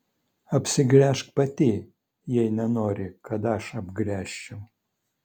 apsigręžk pati jei nenori kad aš apgręžčiau